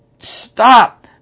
stop